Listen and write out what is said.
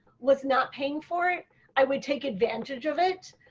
was not paying for it i would take advantage of it.